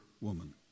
woman